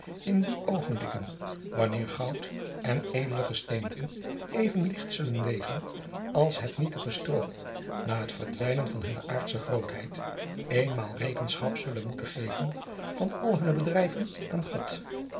in die oogenblikken wanneer goud en edele gesteenten even ligt zullen wegen als het nietig stroo na het verdwijnen van hunne aardsche grootheid eenmaal rekenschap zullen moeten geven van alle hunne bedrijven aan god